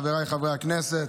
חבריי חברי הכנסת,